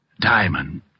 Diamond